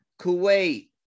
Kuwait